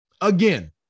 Again